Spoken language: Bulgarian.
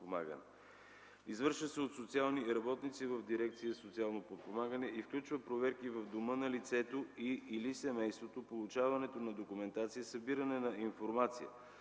Извършва се от социални работници в дирекция „Социално подпомагане” и включва проверки в дома на лицето и/или семейството, получаването на документация, събирането на информация.